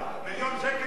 מיליון שקל זה כסף?